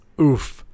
Oof